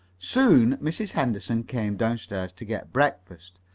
soon mrs. henderson came downstairs to get breakfast,